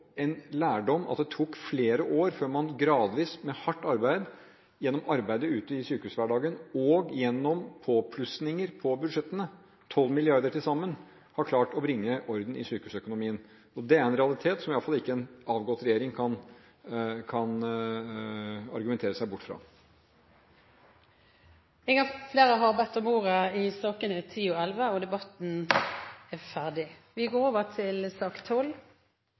en lærdom at det tok flere år før man gradvis, med hardt arbeid, gjennom arbeidet ute i sykehushverdagen og gjennom påplussinger på budsjettene – 12 mrd. kr – har klart å bringe orden i sykehusøkonomien. Det er en realitet som iallfall ikke en avgått regjering kan argumentere seg bort fra. Flere har ikke bedt om ordet til sakene nr. 10 og 11. Etter ønske fra helse- og omsorgskomiteen vil presidenten foreslå at taletiden begrenses til